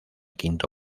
quinto